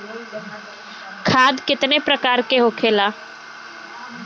खाद कितने प्रकार के होखेला?